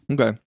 Okay